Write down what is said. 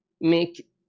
make